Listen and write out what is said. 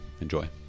enjoy